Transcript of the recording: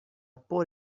por